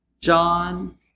John